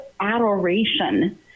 adoration